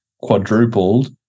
quadrupled